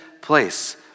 place